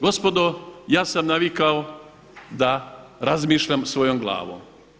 Gospodo ja sam navikao da razmišljam svojom glavom.